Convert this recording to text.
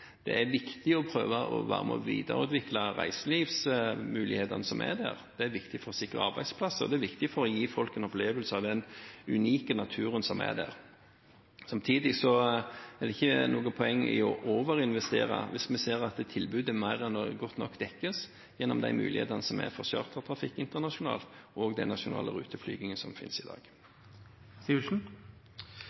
Det er viktig å prøve å være med og videreutvikle reiselivsmulighetene som er der – det er viktig for å sikre arbeidsplasser, det er viktig for å gi folk en opplevelse av den unike naturen som er der. Samtidig er det ikke noe poeng i å overinvestere hvis vi ser at tilbudet mer enn godt nok dekkes gjennom de mulighetene som er for chartertrafikk internasjonalt, og den nasjonale ruteflygingen som finnes i dag.